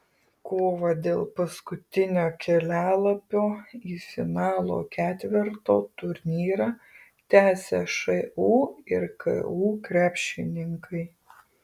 kovą dėl paskutinio kelialapio į finalo ketverto turnyrą tęsia šu ir ku krepšininkai